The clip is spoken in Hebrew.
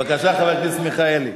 בבקשה, חבר הכנסת מיכאלי.